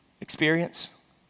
Experience